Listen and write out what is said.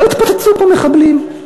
לא התפוצצו פה מחבלים.